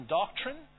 doctrine